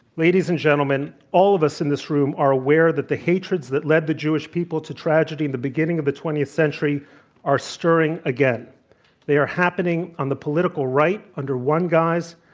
ladies and gentlemen, all of us in this room are aware that the hatreds that lead the jewish people to tragedy in the beginning of the twentieth century are stirring again they are happening on the political right under one guise,